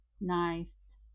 nice